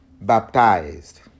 baptized